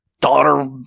daughter